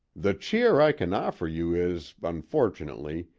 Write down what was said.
the cheer i can offer you is, unfortunately,